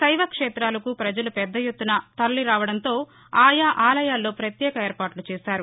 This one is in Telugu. శైవ క్షేతాలకు ప్రజలు పెద్ద ఎత్తున తరలిరావడంతో ఆయా ఆలయాల్లో ప్రత్యేక ఏర్పాట్లు చేశారు